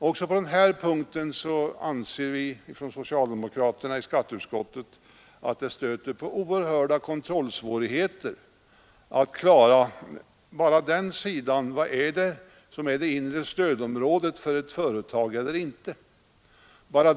Också på den här punkten anser vi socialdemokrater i skatteutskottet att det skulle stöta på oerhörda kontrollsvårigheter att klara ut vad som är eller inte är det inre stödområdet för ett företag.